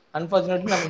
Unfortunately